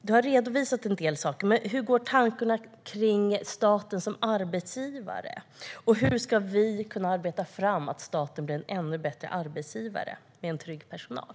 Du har redovisat en del saker, men hur går tankarna kring staten som arbetsgivare? Hur ska vi kunna arbeta fram att staten blir en ännu bättre arbetsgivare med en trygg personal?